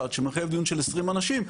אחרי עשרים אנשים,